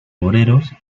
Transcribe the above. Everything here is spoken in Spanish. obreros